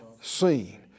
seen